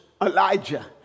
Elijah